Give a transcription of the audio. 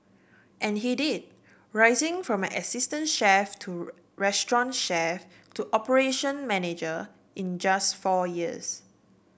and he did rising from an assistant chef to restaurant chef to operation manager in just four years